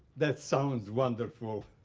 that sounds wonderful.